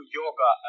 yoga